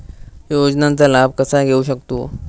योजनांचा लाभ कसा घेऊ शकतू?